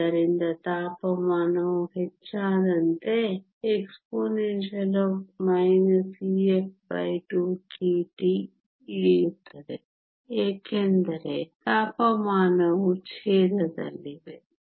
ಆದ್ದರಿಂದ ತಾಪಮಾನವು ಹೆಚ್ಚಾದಂತೆ exp Ef2kT ಇಳಿಯುತ್ತದೆ ಏಕೆಂದರೆ ತಾಪಮಾನವು ಛೇದದಲ್ಲಿದೆ